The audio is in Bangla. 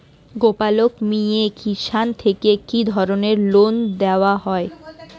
গোপালক মিয়ে কিষান থেকে কি ধরনের লোন দেওয়া হয়?